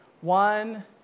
One